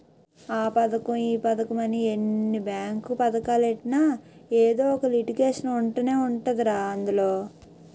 ఆ పదకం ఈ పదకమని ఎన్ని బేంకు పదకాలెట్టినా ఎదో ఒక లిటికేషన్ ఉంటనే ఉంటదిరా అందులో